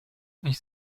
ich